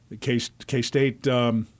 K-State